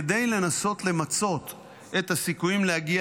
כדי לנסות למצות את הסיכויים להגיע